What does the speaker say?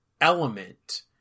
element